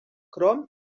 crom